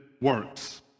works